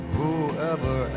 Whoever